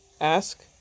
Ask